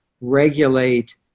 regulate